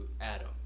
Adam